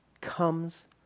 comes